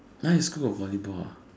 now your school got volleyball ah